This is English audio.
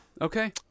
Okay